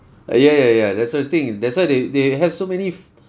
ah ya ya ya that's the thing that's why they they have so many